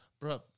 Bro